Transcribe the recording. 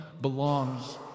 belongs